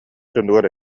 дьонугар